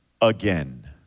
again